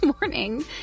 morning